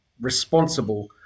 responsible